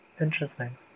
interesting